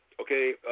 Okay